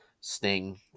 Sting